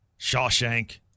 Shawshank